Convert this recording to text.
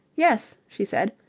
yes, she said.